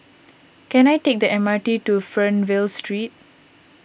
can I take the M R T to Fernvale Street